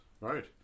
Right